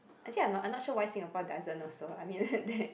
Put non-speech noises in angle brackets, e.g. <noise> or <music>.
actually I'm not I'm not sure why Singapore doesn't also I mean <laughs>